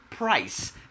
Price